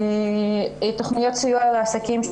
תכניות סיוע לעסקים,